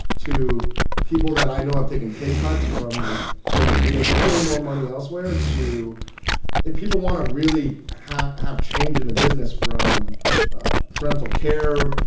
to people that i know have taken pay cuts from, like, they could be making way more money elsewhere, to if people want to really have have change in the business from parental care,